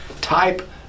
Type